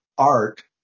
art